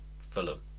Fulham